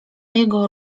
jego